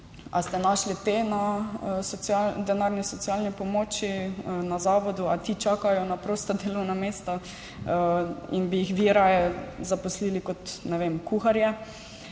ste našli te na denarni socialni pomoči, na zavodu, ali ti čakajo na prosta delovna mesta in bi jih vi raje zaposlili kot, ne vem, kuharje.